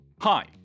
Hi